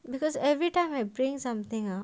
because everytime I bring something up